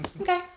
Okay